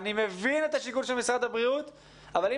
אני מבין את השיקול של משרד הבריאות אבל אם